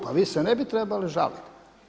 Pa vi se ne bi trebali žaliti.